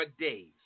days